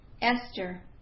Esther